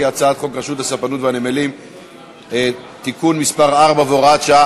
את הצעת חוק רשות הספנות והנמלים (תיקון מס' 4 והוראת שעה)